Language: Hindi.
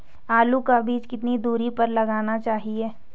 आलू का बीज कितनी दूरी पर लगाना चाहिए?